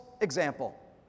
example